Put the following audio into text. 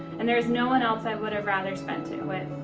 and there is no one else i would've rather spent it with.